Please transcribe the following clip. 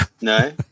No